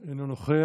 נא לסיים.